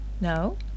No